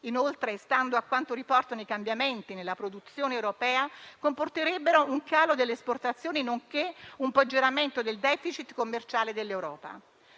Inoltre, stando a quanto riportano i cambiamenti nella produzione europea, comporterebbero un calo delle esportazioni, nonché un peggioramento del deficit commerciale dell'Europa.